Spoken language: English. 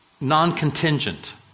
non-contingent